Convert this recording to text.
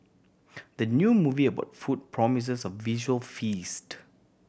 the new movie about food promises a visual feast